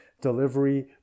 delivery